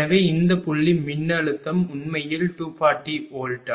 எனவே இந்த புள்ளி மின்னழுத்தம் உண்மையில் 240 வோல்ட்